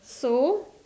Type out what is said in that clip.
so